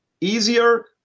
easier